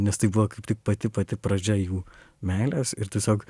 nes tai buvo kaip tik pati pati pradžia jų meilės ir tiesiog